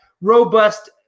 robust